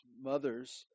mothers